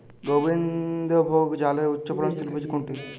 গোবিন্দভোগ চালের উচ্চফলনশীল বীজ কোনটি?